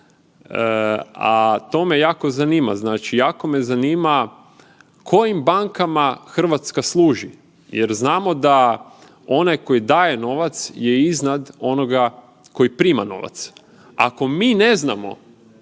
a to me jako zanima. Znači, jako me zanima kojim bankama Hrvatska služi. Jer znamo da onaj koji daje novac je iznad onoga koji prima novac. Ako mi ne znamo